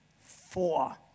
Four